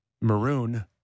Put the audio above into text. maroon